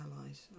allies